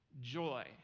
joy